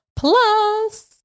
Plus